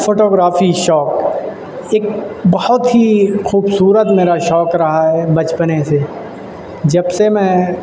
photography شوق ایک بہت ہی خوبصورت میرا شوق رہا ہے بچپنے سے جب سے میں